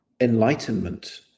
enlightenment